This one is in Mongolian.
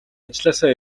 ажлаасаа